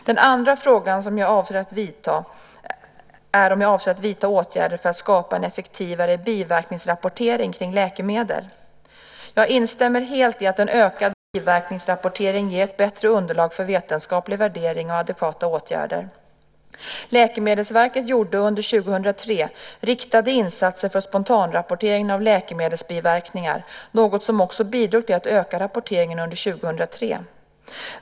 Den andra frågan är om jag avser att vidta åtgärder för att skapa en effektivare biverkningsrapportering kring läkemedel. Jag instämmer helt i att en ökad biverkningsrapportering ger ett bättre underlag för vetenskaplig värdering och adekvata åtgärder. Läkemedelsverket gjorde under 2003 riktade insatser för spontanrapporteringen av läkemedelsbiverkningar, något som också bidrog till att öka rapporteringen under 2003.